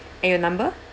and your number